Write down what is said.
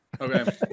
okay